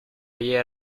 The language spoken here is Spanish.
ella